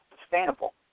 sustainable